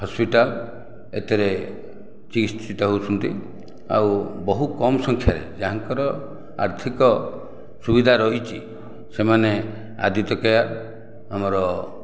hospital ଏଥିରେ ଚିକିତ୍ସିତ ହେଉଛନ୍ତି ଆଉ ବହୁ କମ ସଂଖ୍ୟାରେ ଯାହାଙ୍କର ଆର୍ଥିକ ସୁବିଧା ରହିଛି ସେମାନେ ଆଦିତ୍ୟ କେୟାର ଆମର